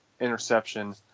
interception